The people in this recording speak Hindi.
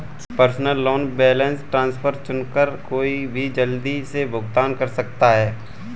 पर्सनल लोन बैलेंस ट्रांसफर चुनकर कोई भी जल्दी से भुगतान कर सकता है